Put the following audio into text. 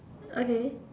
okay